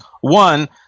One